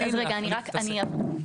אני אבהיר.